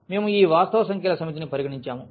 మేము ఈ వాస్తవ సంఖ్యల సమితిని పరిగణించాము